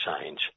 change